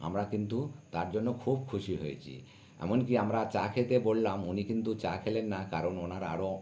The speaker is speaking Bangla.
আমরা কিন্তু তার জন্য খুব খুশি হয়েছি এমনকি আমরা চা খেতে বললাম উনি কিন্তু চা খেলেন না কারণ ওনার আরও